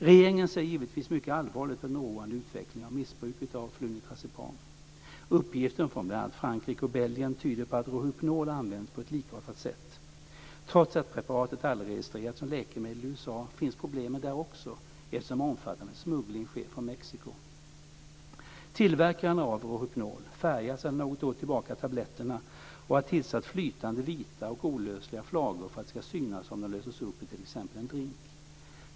Regeringen ser givetvis mycket allvarligt på den oroande utvecklingen av missbruket av flunitrazepam. Uppgifter från bl.a. Frankrike och Belgien tyder på att Rohypnol används på ett likartat sätt där. Trots att preparatet aldrig registrerats som läkemedel i USA finns problemen där också, eftersom omfattande smuggling sker från Mexiko. Tillverkaren av Rohypnol färgar sedan något år tillbaka tabletterna och har tillsatt flytande vita och olösliga flagor för att det ska synas om de löses upp i t.ex. en drink.